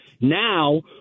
Now